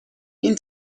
این